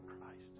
Christ